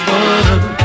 one